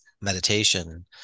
meditation